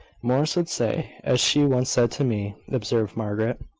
morris would say, as she once said to me, observed margaret,